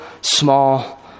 small